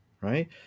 right